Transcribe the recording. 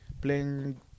Playing